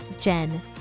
Jen